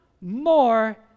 more